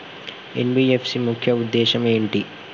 NBFC ముఖ్య ఉద్దేశం ఏంటి?